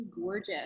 gorgeous